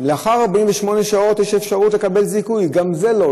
לאחר 48 שעות יש אפשרות לקבל זיכוי, גם זה לא.